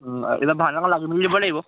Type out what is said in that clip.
এতিয়া ভাওনাখনত লাগি মেলি দিব লাগিব